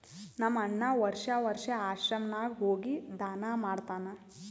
ನಮ್ ಅಣ್ಣಾ ವರ್ಷಾ ವರ್ಷಾ ಆಶ್ರಮ ನಾಗ್ ಹೋಗಿ ದಾನಾ ಮಾಡ್ತಾನ್